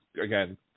again